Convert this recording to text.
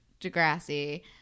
Degrassi